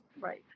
Right